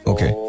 Okay